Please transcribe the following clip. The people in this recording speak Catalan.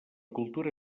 cultura